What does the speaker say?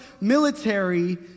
military